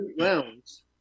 rounds